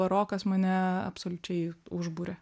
barokas mane absoliučiai užburia